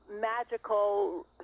magical